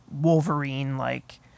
Wolverine-like